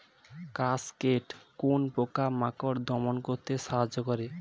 Cascade কোন পোকা মাকড় দমন করতে সাহায্য করে?